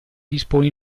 dispone